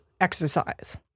exercise